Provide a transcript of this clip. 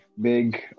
big